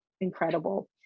incredible